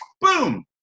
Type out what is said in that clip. boom